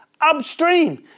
upstream